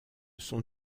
sont